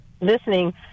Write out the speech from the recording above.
listening